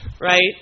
Right